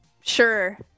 Sure